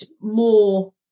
more